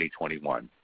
2021